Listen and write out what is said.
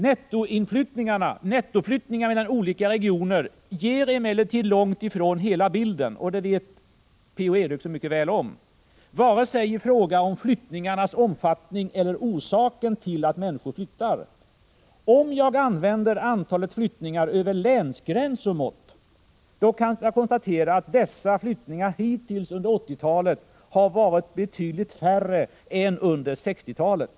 Nettoflyttningarna mellan olika regioner ger emellertid långt ifrån hela bilden, varken i fråga om flyttningarnas omfattning eller när det gäller orsaken till att människor flyttar — och det är Per-Ola Eriksson mycket väl medveten om. Om jag använder antalet flyttningar över länsgräns som mått, kan jag konstatera att dessa hittills under 1980-talet har varit betydligt färre än under 1960-talet.